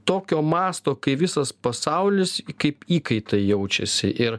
tokio masto kai visas pasaulis kaip įkaitai jaučiasi ir